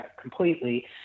completely